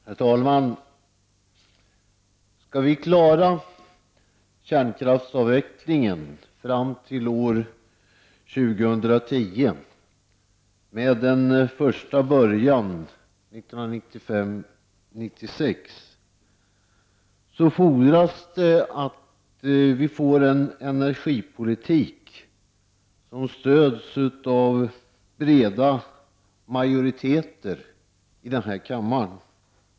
Herr talman! Skall vi klara kärnkraftsavvecklingen fram till år 2010 med en första början 1995/96, fordras det en energipolitik som stöds av breda majoriteter i den här kammaren.